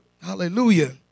Hallelujah